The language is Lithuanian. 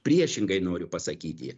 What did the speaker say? priešingai noriu pasakyti